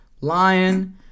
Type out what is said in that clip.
Lion